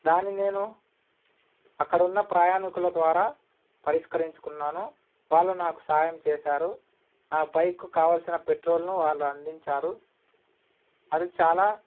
దాని నేను అక్కడున్న ప్రయాణికుల ద్వారా పరిష్కరించుకున్నాను వాళ్ళు నాకు సాయం చేసారు నా బైక్ కావాల్సిన పెట్రోల్ను వాళ్ళు అందించారు అది చాలా